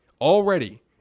Already